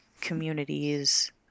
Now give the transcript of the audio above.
communities